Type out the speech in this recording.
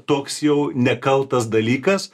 toks jau nekaltas dalykas